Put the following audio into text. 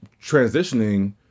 transitioning